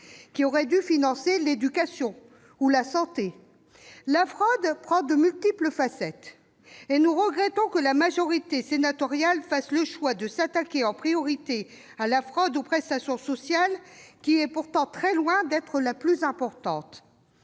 qui auraient dû financer l'éducation ou la santé. La fraude a de multiples facettes et nous regrettons que la majorité sénatoriale fasse le choix de s'attaquer en priorité à la fraude aux prestations sociales, qui est pourtant très loin d'être la plus importante.